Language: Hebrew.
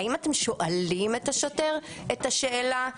האם אתם שואלים את השוטר את השאלה,